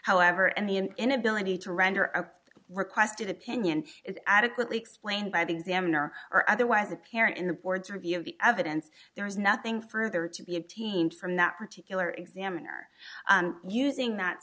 however and the an inability to render a requested opinion is adequately explained by the examiner or otherwise the parent in the board's review of the evidence there is nothing further to be obtained from that particular examiner using that